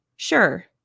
sure